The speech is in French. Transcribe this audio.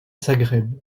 zagreb